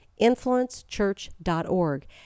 influencechurch.org